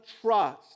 trust